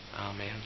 Amen